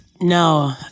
No